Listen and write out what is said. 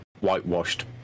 whitewashed